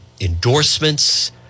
endorsements